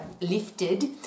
lifted